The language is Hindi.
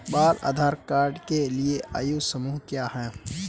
बाल आधार कार्ड के लिए आयु समूह क्या है?